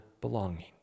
belonging